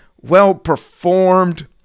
well-performed